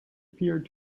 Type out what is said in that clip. appeared